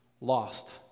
lost